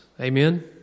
Amen